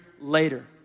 later